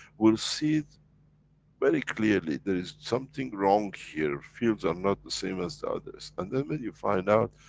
will see it very clearly there is something wrong here, fields are not the same as the others, and then when you find out,